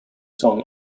song